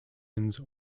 ins